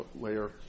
layer